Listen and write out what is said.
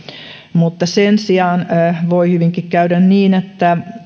mutta sen sijaan voi hyvinkin käydä niin että